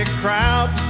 crowd